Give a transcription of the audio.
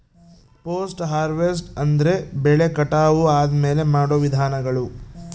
post harvest ಅಂದ್ರೆ ಬೆಳೆ ಕಟಾವು ಆದ್ಮೇಲೆ ಮಾಡೋ ವಿಧಾನಗಳು